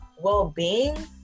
well-being